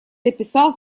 дописал